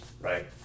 right